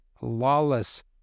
lawless